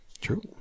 True